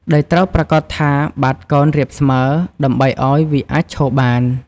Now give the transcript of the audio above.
ដោយត្រូវប្រាកដថាបាតកោណរាបស្មើ ដើម្បីឱ្យវាអាចឈរបាន។